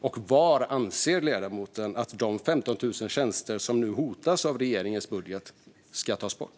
Och var anser ledamoten att de 15 000 tjänster som nu hotas i och med regeringens budget ska tas bort?